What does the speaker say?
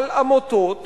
אבל עמותות